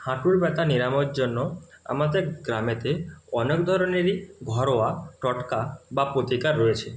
হাঁটুর ব্যথা নিরাময়ের জন্য আমাদের গ্রামেতে অনেক ধরনেরই ঘরোয়া টোটকা বা প্রতিকার রয়েছে